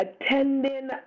attending